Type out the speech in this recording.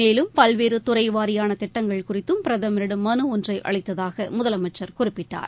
மேலும் பல்வேறு துறை வாரியான திட்டங்கள் குறித்தும் பிரதமிடம் மனு ஒன்றை அளித்ததாக முதலமைச்சர் குறிப்பிட்டார்